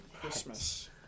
Christmas